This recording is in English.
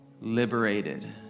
Liberated